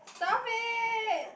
stop it